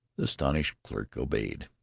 the astonished clerk obeyed.